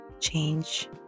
change